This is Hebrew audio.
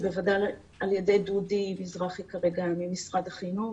ובוודאי על ידי דודי מזרחי ממשרד החינוך.